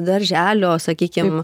darželio sakykim